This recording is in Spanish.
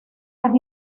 las